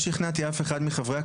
מי נמנע?